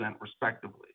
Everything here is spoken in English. respectively